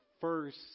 first